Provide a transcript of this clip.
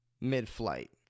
mid-flight